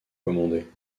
commandée